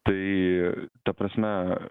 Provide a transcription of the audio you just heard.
tai ta prasme